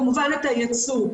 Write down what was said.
כמובן את הייצור.